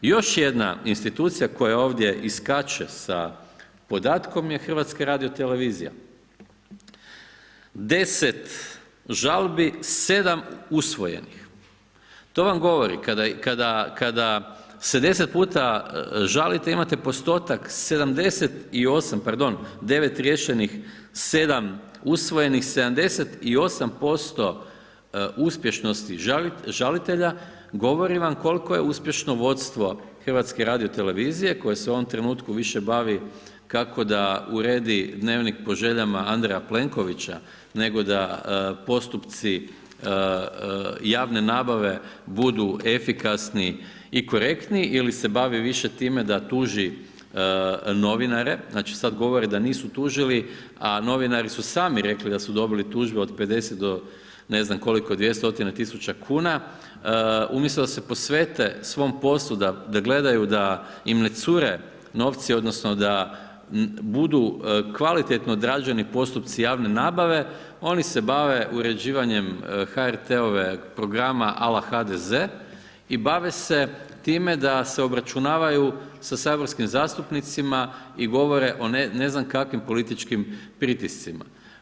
Još jedna institucija koja ovdje iskače sa podatkom je HRT, 10 žalbi, 7 usvojenih, to vam govori kada se 10 puta žalite imate postotak 78, pardon, 9 riješenih, 7 usvojenih, 78% uspješnosti žalitelja govori vam koliko je uspješno vodstvo HRT-a koje se u ovom trenutku više bavi kako da uredi Dnevnik po željama Andreja Plenkovića, nego da postupci javne nabave budu efikasni i korektni ili se bavi više time da tuži novinare, znači, sad govore da nisu tužili, a novinari su sami rekli da su dobili tužbe od 50 do ne znam koliko, 200.000,00 kn umjesto da se posvete svom poslu da gledaju da im ne cure novci odnosno da budu kvalitetno odrađeni postupci javne nabave, oni se bavi uređivanjem HRT-ove programa ala HDZ i bave se time da se obračunavaju sa saborskim zastupnicima i govore o ne znam kakvim političkim pritiscima.